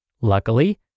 Luckily